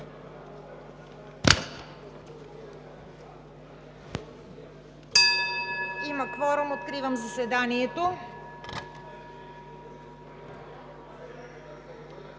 Има кворум. Откривам заседанието.